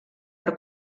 per